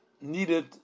needed